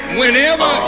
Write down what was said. whenever